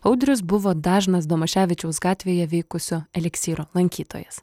audrius buvo dažnas domaševičiaus gatvėje veikusio eliksyro lankytojas